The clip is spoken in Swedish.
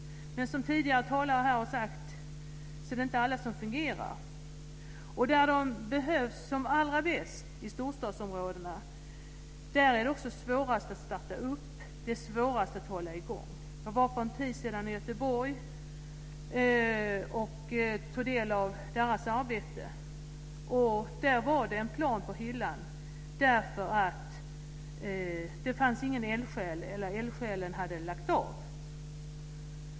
Men som tidigare talare här har sagt är det inte alla som fungerar. Och där de behövs som allra bäst, i storstadsområdena, är de svårast att starta upp och svårast att hålla i gång. Jag var för en tid sedan i Göteborg och tog del av arbetet där. Där var det en plan på hyllan, därför att eldsjälen hade lagt av.